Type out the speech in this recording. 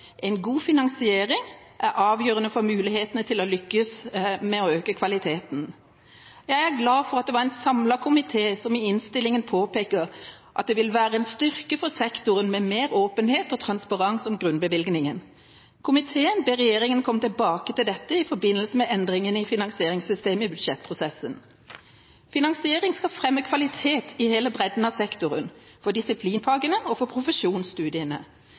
En god finansiering er avgjørende for mulighetene til å lykkes med å øke kvaliteten. Jeg er glad for at det var en samlet komité som i innstillingen påpeker at det vil være en styrke for sektoren med mer åpenhet og transparens om grunnbevilgningen. Komiteen ber regjeringa komme tilbake til dette i forbindelse med endringene i finansieringssystemet i budsjettprosessen. Finansiering skal fremme kvalitet i hele bredden av sektoren, for disiplinfagene og for profesjonsstudiene.